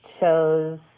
shows